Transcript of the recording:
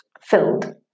Filled